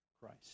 Christ